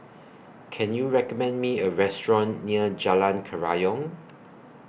Can YOU recommend Me A Restaurant near Jalan Kerayong